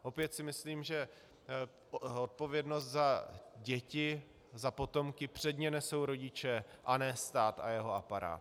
Opět si myslím, že odpovědnost za děti, za potomky předně nesou rodiče, a ne stát a jeho aparát.